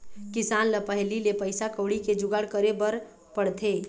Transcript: किसान ल पहिली ले पइसा कउड़ी के जुगाड़ करे बर पड़थे